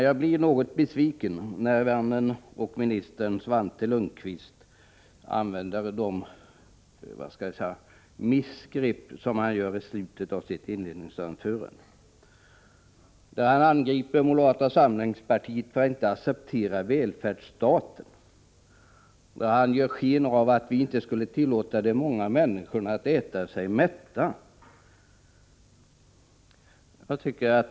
Jag blir något besviken när vännen och ministern Svante Lundkvist gör de missgrepp som han gjorde i slutet av sitt inledningsanförande. Han angrep moderata samlingspartiet för att inte acceptera välfärdsstaten. Han ger sken av att vi inte skulle tillåta de många människorna att äta sig mätta.